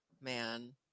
Man